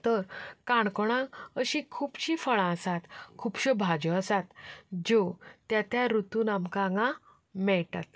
तर काणकोणांत अशीं खुबशीं फळां आसात खुबशो भाजयो आसात ज्यो त्या त्या रुतूंत आमकां हांगा मेळटात